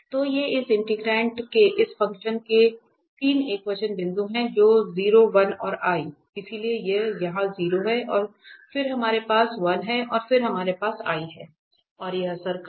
तो ये इस इंटीग्रैंट के इस फ़ंक्शन के तीन एकवचन बिंदु हैं जो 01 और i इसलिए यह यहां 0 है और फिर हमारे पास 1 है और फिर हमारे पास i है और यह सर्कल है